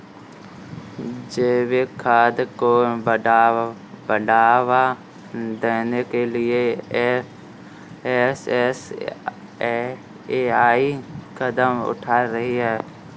जैविक खाद को बढ़ावा देने के लिए एफ.एस.एस.ए.आई कदम उठा रही है